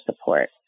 support